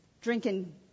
drinking